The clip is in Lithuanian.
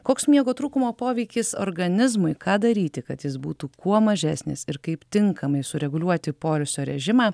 koks miego trūkumo poveikis organizmui ką daryti kad jis būtų kuo mažesnis ir kaip tinkamai sureguliuoti poilsio režimą